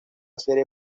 serie